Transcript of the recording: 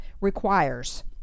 requires